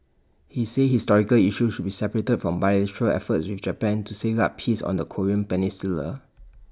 he said historical issues should be separated from bilateral efforts with Japan to safeguard peace on the Korean peninsula